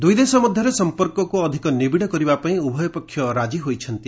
ଦୁଇଦେଶ ମଧ୍ୟରେ ସମ୍ପର୍କକୁ ଅଧିକ ନିବିଡ କରିବା ପାଇଁ ଉଭୟ ପକ୍ଷ ମଧ୍ୟ ରାଜି ହୋଇଛନ୍ତି